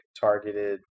targeted